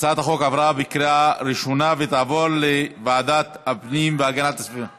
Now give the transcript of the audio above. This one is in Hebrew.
הצעת החוק עברה בקריאה ראשונה ותעבור לוועדת הפנים והגנת הסביבה.